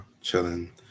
chilling